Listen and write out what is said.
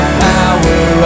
power